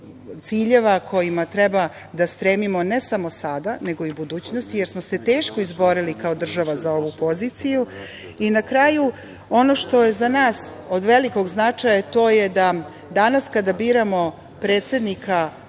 ciljeva kojima treba da stremimo ne samo sada, nego i u budućnosti, jer smo se teško izborili kao država za ovu poziciju. Na kraju, ono što je za nas od velikog značaja, to je da danas, kada biramo predsednika